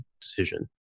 decision